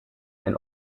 ein